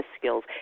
skills